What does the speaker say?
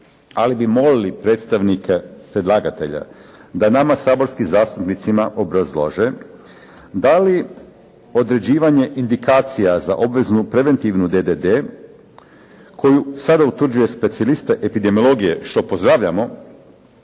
ali bi molili predstavnike predlagatelja da nama saborskim zastupnicima obrazlože da li određivanje indikacija za obveznu preventivnu DDD koju sada utvrđuje specijalista epidemiologije, što pozdravljamo